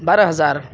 بارہ ہزار